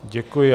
Děkuji.